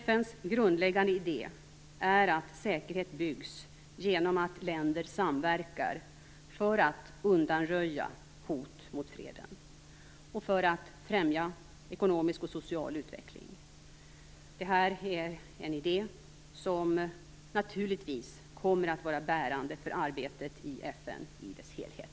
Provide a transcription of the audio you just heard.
FN:s grundläggande idé är att säkerhet byggs genom att länder samverkar för att undanröja hot mot freden och för att främja ekonomisk och social utveckling. Det är en idé som naturligtvis kommer att vara bärande för arbetet i FN i dess helhet.